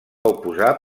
oposar